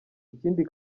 ikindi